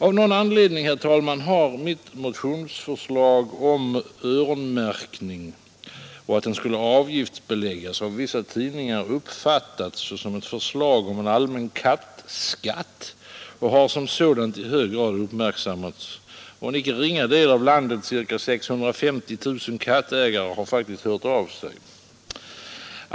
Av någon anledning, herr talman, har mitt motionsförslag om att öronmärkningen skulle avgiftbeläggas av vissa tidningar uppfattats som ett förslag om allmän kattskatt och har som sådant i hög grad uppmärksammats. En inte ringa del av landets cirka 650 000 kattägare har faktiskt hört av sig.